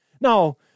Now